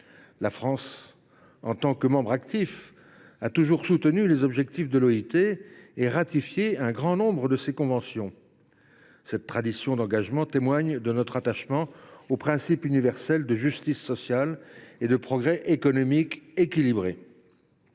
La France, en tant que membre actif, a toujours soutenu les objectifs de cet organisme et a ratifié un grand nombre des conventions en émanant. Cette tradition d’engagement témoigne de notre attachement aux principes universels de justice sociale et de progrès économique équilibré.